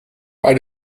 bei